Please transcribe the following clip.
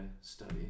Study